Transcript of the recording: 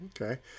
Okay